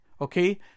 okay